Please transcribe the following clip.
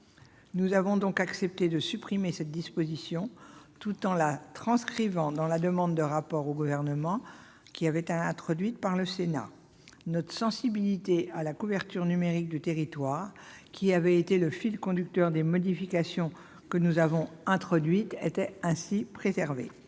Nous avons donc accepté de supprimer cette disposition, tout en la transcrivant dans la demande de rapport au Gouvernement, introduite par le Sénat. L'attention à la couverture numérique du territoire, fil conducteur des modifications que nous avions introduites, est ainsi préservée.